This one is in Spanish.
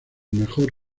mejor